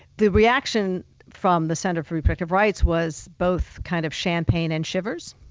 the reaction from the center for reproductive rights was both kind of champagne and shivers.